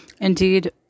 Indeed